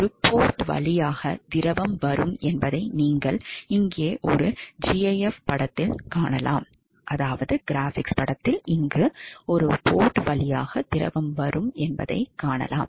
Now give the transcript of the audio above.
ஒரு PORT வழியாக திரவம் வரும் என்பதை நீங்கள் இங்கே ஒரு GIF படத்தில் காணலாம்